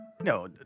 No